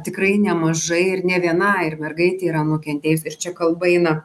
tikrai nemažai ir ne viena ir mergaitė yra nukentėjus ir čia kalba eina